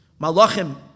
malachim